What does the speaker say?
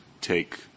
take